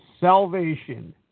Salvation